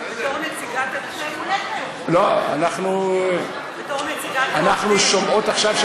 בתור נציגת הנשים, לא, אנחנו שומעות עכשיו,